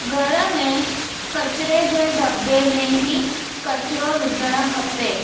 घर में कचिरे जे दॿे में ई कचिरो विझणु खपे